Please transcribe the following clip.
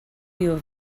you